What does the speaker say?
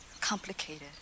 complicated